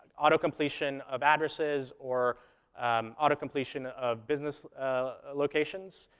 auto-completion of addresses or um auto-completion of business locations.